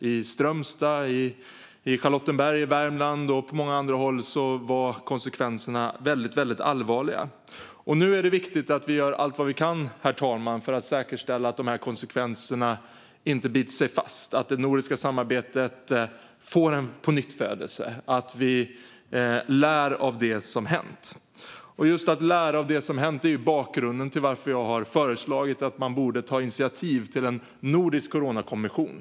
I Strömstad, i Charlottenberg i Värmland och på många andra håll var konsekvenserna väldigt allvarliga. Herr talman! Nu är det viktigt att vi gör allt vi kan för att säkerställa att de här konsekvenserna inte biter sig fast, att det nordiska samarbetet får en pånyttfödelse och att vi lär av det som hänt. Just att lära av det som hänt är bakgrunden till att jag har föreslagit att man borde ta initiativ till en nordisk coronakommission.